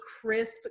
crisp